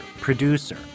producer